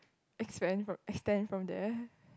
expand from extend from the